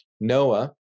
Noah